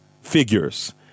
figures